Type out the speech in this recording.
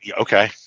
Okay